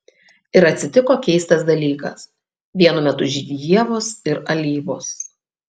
ir atsitiko keistas dalykas vienu metu žydi ievos ir alyvos